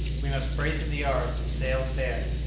we must brace in the yards to sail fair.